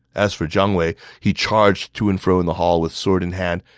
as for jiang wei, he charged to and fro in the hall with sword in hand,